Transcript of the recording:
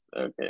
Okay